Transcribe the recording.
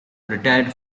retired